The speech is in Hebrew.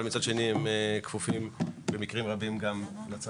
אבל מצד שני הם כפופים במקרים רבים גם לצבא.